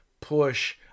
push